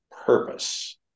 purpose